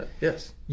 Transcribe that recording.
Yes